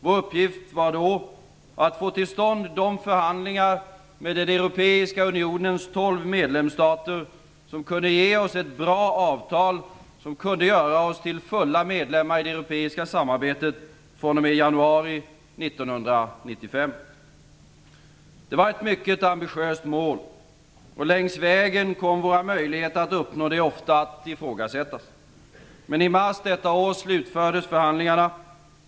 Vår uppgift var då att få till stånd de förhandlingar med den europeiska unionens 12 medlemsstater som kunde ge oss ett bra avtal, som kunde göra oss till fullvärdiga medlemmar i det europeiska samarbetet fr.o.m. januari 1995. Det var ett mycket ambitiöst mål. Längs vägen kom våra möjligheter att uppnå målet ofta att ifrågasättas. Men i mars detta år slutfördes förhandlingarna.